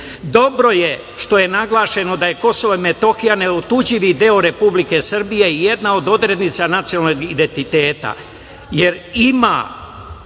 je što je naglašeno da je Kosovo i Metohija neotuđivi deo Republike Srbije i jedna od odrednica nacionalnog identiteta,